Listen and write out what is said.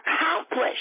accomplished